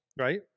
right